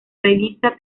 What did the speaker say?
revista